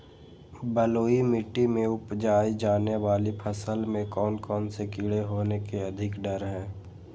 बलुई मिट्टी में उपजाय जाने वाली फसल में कौन कौन से कीड़े होने के अधिक डर हैं?